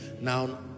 Now